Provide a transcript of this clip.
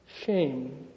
shame